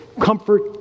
comfort